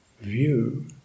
view